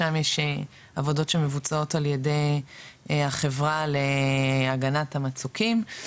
שם יש עבודות שמבוצעות על ידי החברה להגנת המצוקים,